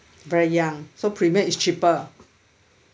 very young so premium is cheaper